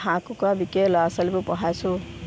হাঁহ কুকুৰাবোৰ বিকিয়ে ল'ৰা ছোৱালীবোৰ পঢ়াইছোঁ